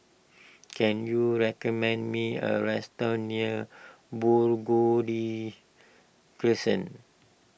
can you recommend me a restaurant near Burgundy Crescent